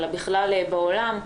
אלא בכלל בעולם.